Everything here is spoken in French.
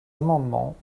amendements